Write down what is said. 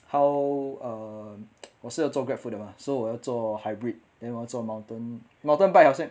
how um 我是要做 grab food 的 mah so 我要做 hybrid then 我要做 mountain mountain bike 好像